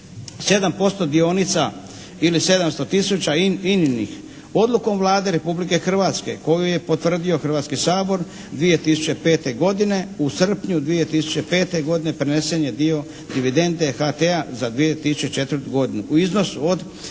7% dionica ili 700 000 INA-inih. Odlukom Vlade Republike Hrvatske koju je potvrdio Hrvatski sabor 2005. godine, u srpnju 2005. godine prenesen je dio dividende HT-a za 2004. godinu u iznosu od